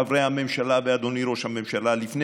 חברי הממשלה ואדוני ראש הממשלה: לפני